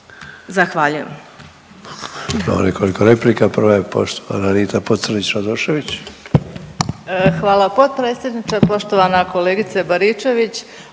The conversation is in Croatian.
Zahvaljujem